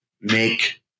make